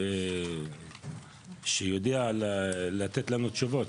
שיודע לתת לנו תשובות.